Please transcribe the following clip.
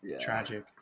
tragic